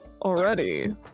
already